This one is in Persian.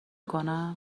کنم